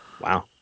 wow